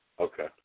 Okay